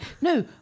No